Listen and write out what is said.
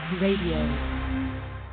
radio